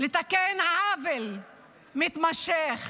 לתקן עוול מתמשך,